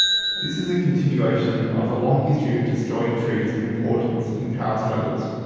this is a continuation of a long history of destroying trees of importance in power struggles.